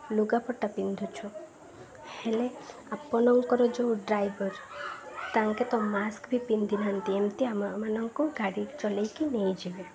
ଲୁଗାପଟ୍ଟା ପିନ୍ଧୁଛୁ ହେଲେ ଆପଣଙ୍କର ଯେଉଁ ଡ୍ରାଇଭର ତାଙ୍କେ ତ ମାସ୍କ ବି ପିନ୍ଧିନାହାନ୍ତି ଏମିତି ଆମମାନଙ୍କୁ ଗାଡ଼ି ଚଲେଇକି ନେଇଯିବେ